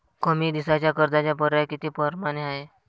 कमी दिसाच्या कर्जाचे पर्याय किती परमाने हाय?